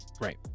right